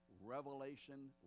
revelation